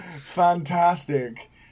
fantastic